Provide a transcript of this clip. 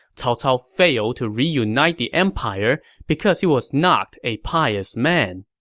cao cao failed to reunite the empire because he was not a pious man.